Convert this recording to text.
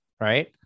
right